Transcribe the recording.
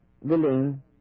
willing